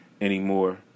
anymore